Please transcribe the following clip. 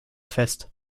fest